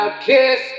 Kiss